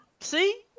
see